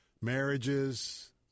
Marriages